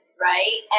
right